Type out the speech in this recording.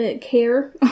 care